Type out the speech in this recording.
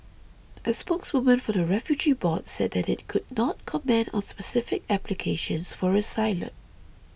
a spokeswoman for the refugee board said that it could not comment on specific applications for asylum